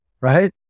right